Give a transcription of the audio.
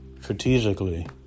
Strategically